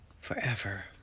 forever